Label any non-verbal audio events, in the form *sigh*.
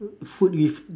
*noise* food with